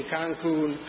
Cancun